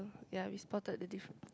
so ya we spotted the difference